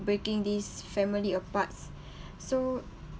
breaking this family aparts so